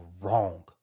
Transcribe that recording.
wrong